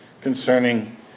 concerning